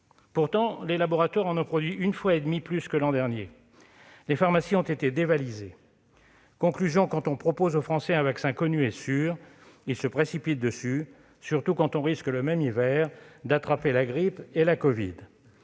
Pourtant, les laboratoires en ont produit une fois et demie plus que l'an dernier. Les pharmacies ont été dévalisées. Tout à fait ! Conclusion : quand on propose aux Français un vaccin connu et sûr, ils se précipitent dessus, surtout quand on risque, le même hiver, d'attraper la grippe et la covid.